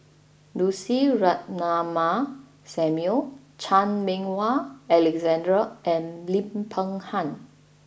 Lucy Ratnammah Samuel Chan Meng Wah Alexander and Lim Peng Han